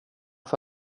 för